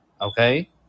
Okay